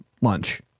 Lunch